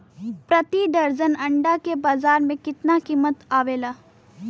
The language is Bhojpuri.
प्रति दर्जन अंडा के बाजार मे कितना कीमत आवेला?